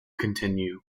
continue